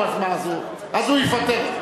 יאמר: נו אז מה, אז הוא יפטר אותי.